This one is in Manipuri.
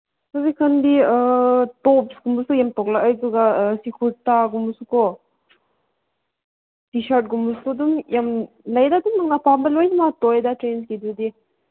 ꯍꯧꯖꯤꯛꯀꯥꯟꯗꯤ ꯇꯣꯞꯁꯀꯨꯝꯕꯁꯨ ꯌꯥꯝ ꯊꯣꯛꯂꯛꯑꯦ ꯑꯗꯨꯒ ꯁꯤ ꯀꯨꯔꯇꯥꯒꯨꯝꯕꯁꯨꯀꯣ ꯇꯤ ꯁꯥꯔꯠꯒꯨꯝꯕꯁꯨ ꯑꯗꯨꯝ ꯌꯥꯝ ꯂꯩꯔꯦ ꯑꯗꯨꯝ ꯅꯪ ꯑꯄꯥꯝꯕ ꯂꯣꯏꯅꯃꯛ ꯑꯣꯏꯗ ꯇ꯭ꯔꯦꯟꯁꯀꯤꯗꯨꯗꯤ